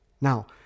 Now